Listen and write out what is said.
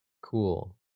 Cool